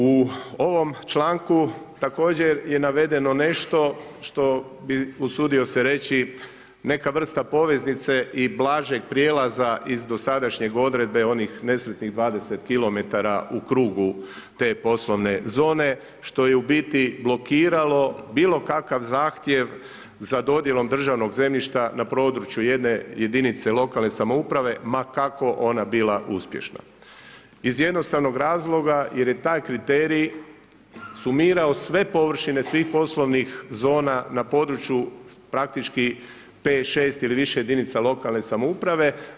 U ovom članku također je navedeno nešto što bi usudio se reći neka vrsta poveznice i blažeg prijelaza iz dosadašnje odredbe onih nesretnih 20km u krugu te poslovne zone što je u biti blokiralo bilo kakav zahtjev za dodjelom državnog zemljišta na području jedne jedinice lokalne samouprave ma kako ona bila uspješna iz jednostavnog razloga jer je taj kriterij sumirao sve površine, svih poslovnih zona, na području praktički 5, 6 ili više jedinica lokalne samouprave.